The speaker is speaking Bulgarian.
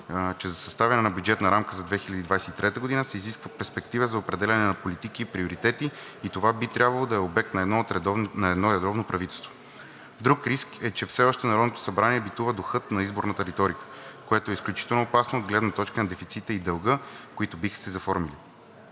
че за съставяне на бюджетната рамка за 2023 г. се изисква перспектива за определяне на политики и приоритети и това би трябвало да е обект на едно редовно правителство. Друг риск е, че все още в Народното събрание битува духът на изборната риторика, което е изключително опасно от гледна точка на дефицита и дълга, които биха се заформили.